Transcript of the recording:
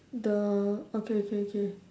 the okay okay okay